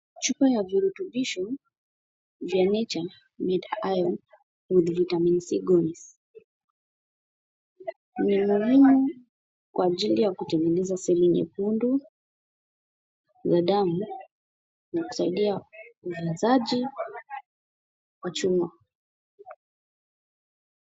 Chupa ya virutubisho vya nature made iron with vitamin c gummies . Ni muhimu kwa ajili ya kutengeneza sehemu nyekundu za damu na kusaidia uongezaji wa chuma.